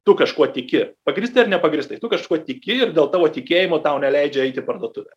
tu kažkuo tiki pagrįstai ar nepagrįstai tu kažkuo tiki ir dėl tavo tikėjimo tau neleidžia eit į parduotuvę